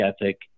ethic